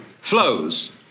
flows